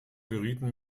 gerieten